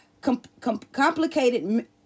complicated